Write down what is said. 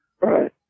Right